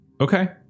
Okay